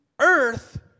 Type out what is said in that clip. earth